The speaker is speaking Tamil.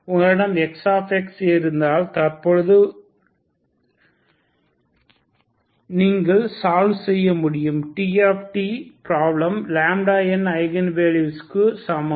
உங்களிடம் X இருந்தால் தற்போது இப்போது நீங்கள் சால்வ் செய்ய முடியும் T பிராப்ளம் n ஐகன் வேல்யூகளுக்கு சமம்